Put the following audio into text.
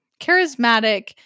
Charismatic